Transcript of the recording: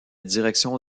direction